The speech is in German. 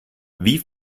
wie